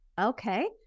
Okay